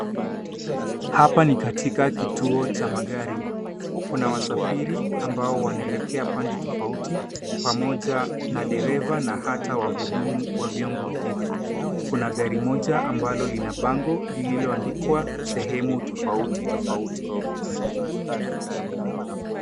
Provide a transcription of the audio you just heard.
Hapa ni katika kituo cha magari. Kuna wasafiri ambao wanaelekea pande tofauti pamoja na dereva na hata wahudumu wa vyombo hivi. Kuna gari moja ambalo lina bango lililoandikwa sehemu tofauti tofauti.